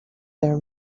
their